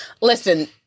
listen